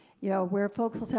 you know, where folks will say,